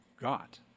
got